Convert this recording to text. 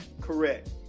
correct